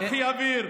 תיקחי אוויר.